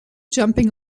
jumping